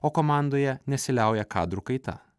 o komandoje nesiliauja kadrų kaita